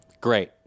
Great